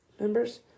members